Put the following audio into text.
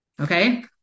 okay